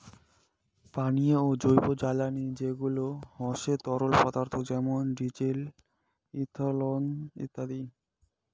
পানীয় জৈবজ্বালানী যেগুলা হসে তরল পদার্থ যেমন ডিজেল, ইথানল ইত্যাদি